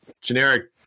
generic